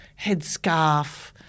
headscarf